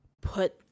put